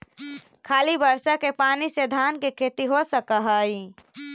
खाली बर्षा के पानी से धान के खेती हो सक हइ?